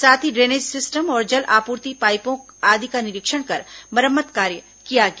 साथ ही drainage system और जल आपूर्ति पाइपों आदि का निरीक्षण कर मरम्मत कार्य किया गया